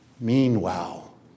Meanwhile